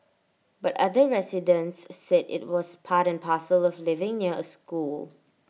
but other residents said IT was part and parcel of living near A school